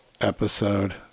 episode